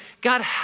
God